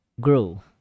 grow